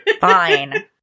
Fine